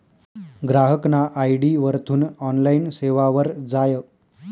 ग्राहकना आय.डी वरथून ऑनलाईन सेवावर जाय